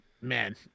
man